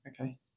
okay